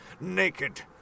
naked